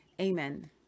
amen